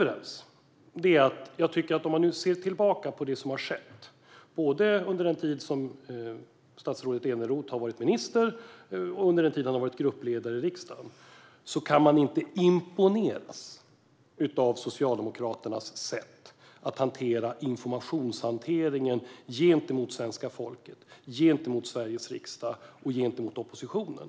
Det vi inte är överens om är att om man nu ser tillbaka på det som har skett, både under den tid som statsrådet Eneroth har varit minister och under den tid han har varit gruppledare i riksdagen, tycker jag inte att man kan imponeras av Socialdemokraternas sätt att sköta informationshanteringen gentemot svenska folket, Sveriges riksdag och oppositionen.